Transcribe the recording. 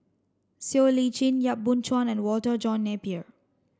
Siow Lee Chin Yap Boon Chuan and Walter John Napier